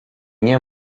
nie